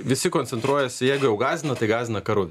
visi koncentruojasi jeigu jau gąsdina tai gąsdina karu